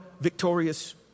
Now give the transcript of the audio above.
victorious